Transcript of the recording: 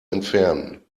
entfernen